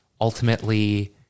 ultimately